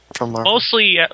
Mostly